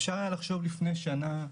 אפשר היה לחשוב לפני שנה,